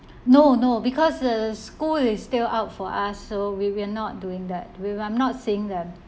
no no because the school is still out for us so we will not doing that we I'm not seeing them